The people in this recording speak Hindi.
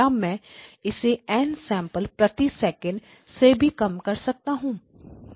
क्या मैं इसे n सैंपल प्रति सेकंड से भी कम कर सकता हूँ